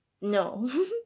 no